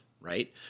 Right